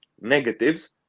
negatives